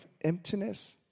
emptiness